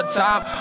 time